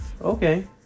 Okay